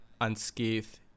unscathed